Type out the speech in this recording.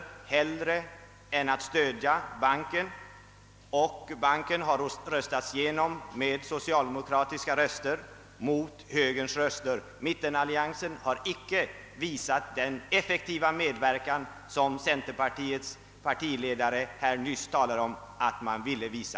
Förslaget om investeringsbank röstades därför igenom i första kammaren med socialdemokraternas röster mot högerns. Mittenalliansen medverkade sålunda inte effektivt på det sätt som centerpartiets ledare här nyss talade om att man ville göra.